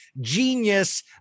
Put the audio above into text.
genius